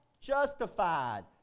justified